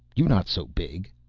you not so big.